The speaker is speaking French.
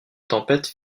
tempête